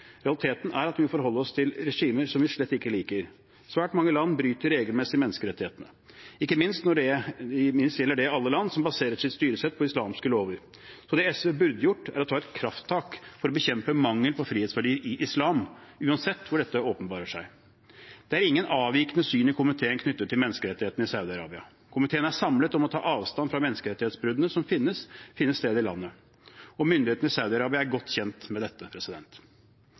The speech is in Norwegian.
Realiteten er at vi også må forholde oss til regimer vi slett ikke liker. Svært mange land bryter regelmessig menneskerettighetene – ikke minst gjelder det alle land som baserer sitt styresett på islamske lover. Så det SV burde gjort, var å ta et krafttak for å bekjempe mangel på frihetsverdier i islam, uansett hvor dette åpenbarer seg. Det er ingen avvikende syn i komiteen knyttet til menneskerettighetene i Saudi-Arabia. Komiteen står samlet om å ta avstand fra menneskerettighetsbruddene som finner sted i landet. Myndighetene i Saudi-Arabia er godt kjent med dette.